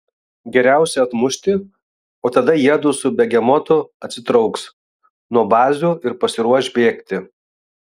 geriausia atmušti o tada jiedu su begemotu atsitrauks nuo bazių ir pasiruoš bėgti